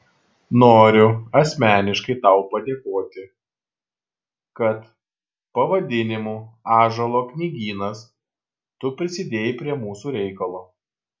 noriu asmeniškai tau padėkoti kad pavadinimu ąžuolo knygynas tu prisidėjai prie mūsų reikalo